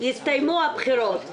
יסתיימו הבחירות,